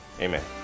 Amen